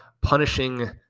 punishing